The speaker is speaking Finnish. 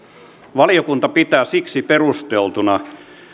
valiokunta pitää siksi perusteltuna